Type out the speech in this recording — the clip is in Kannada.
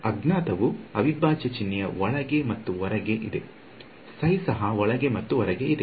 ಅಜ್ಞಾತವು ಅವಿಭಾಜ್ಯ ಚಿಹ್ನೆಯ ಒಳಗೆ ಮತ್ತು ಹೊರಗೆ ಇದೆ ಸಹ ಒಳಗೆ ಮತ್ತು ಹೊರಗೆ ಇದೆ